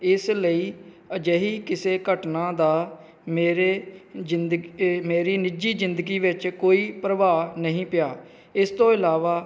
ਇਸ ਲਈ ਅਜਿਹੀ ਕਿਸੇ ਘਟਨਾ ਦਾ ਮੇਰੇ ਜ਼ਿੰਦਗੀ ਮੇਰੀ ਨਿੱਜੀ ਜ਼ਿੰਦਗੀ ਵਿੱਚ ਕੋਈ ਪ੍ਰਭਾਵ ਨਹੀਂ ਪਿਆ ਇਸ ਤੋਂ ਇਲਾਵਾ